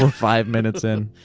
five minutes in.